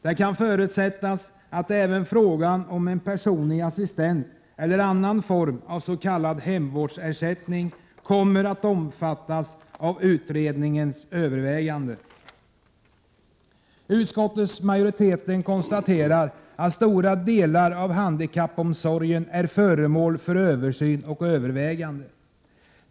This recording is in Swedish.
Det förutsätts att även frågan om en personlig assistent eller någon form av hemvårdsersättning kommer att övervägas av utredningen. Utskottsmajoriteten konstaterar att stora delar av handikappomsorgen är föremål för översyn och övervägande.